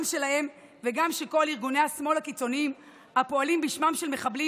גם שלהם וגם של כל ארגוני השמאל הקיצוניים הפועלים בשמם של מחבלים